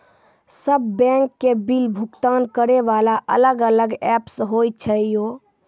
सब बैंक के बिल भुगतान करे वाला अलग अलग ऐप्स होय छै यो?